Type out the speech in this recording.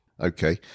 Okay